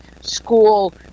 school